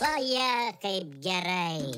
vaje kaip gerai